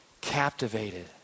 captivated